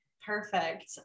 Perfect